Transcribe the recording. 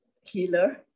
healer